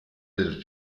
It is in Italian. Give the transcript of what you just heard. del